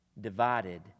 divided